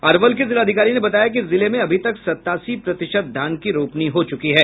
अरवल के जिलाधिकारी ने बताया है कि जिले में अभी तक सतासी प्रतिशत धान की रोपनी हो चुकी है